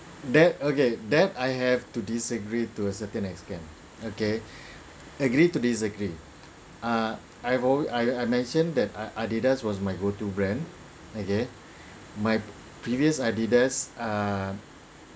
that okay that I have to disagree to a certain extent okay agree to disagree ah I've always I I mention that adidas was my go to brand okay my previous adidas uh